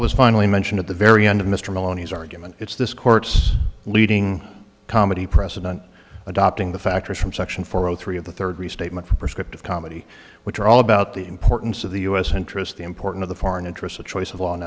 was finally mentioned at the very end of mr moloney's argument it's this court's leading comedy precedent adopting the factors from section four zero three of the third restatement for prescriptive comedy which are all about the importance of the u s interest the important of the foreign interests of choice of